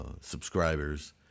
subscribers